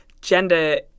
gender